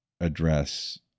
address